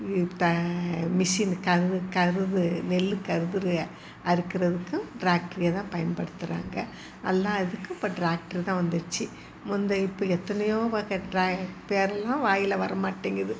த machine கவு கருது நெல்லு கதுரு அறுக்குறதுக்கும் டிராக்டரையே தான் பயன்படுத்துகிறாங்க அல்லா இதுக்கும் இப்போ டிராக்ட்ரு தான் வந்துச்சி முந்தைய இப்போ எத்தனையோ வக ட்ரா பேரெல்லாம் வாயில் வரமாட்டேங்குது